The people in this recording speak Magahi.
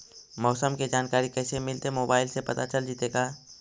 मौसम के जानकारी कैसे मिलतै मोबाईल से पता चल जितै का?